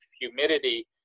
humidity